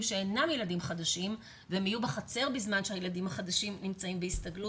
שאינם ילדים חדשים והם יהיו בחצר בזמן שהילדים החדשים נמצאים בהסתגלות,